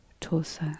torso